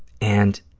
and